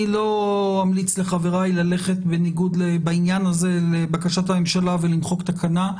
אני לא אמליץ לחבריי ללכת בעניין הזה בניגוד לבקשת הממשלה ולמחוק תקנה,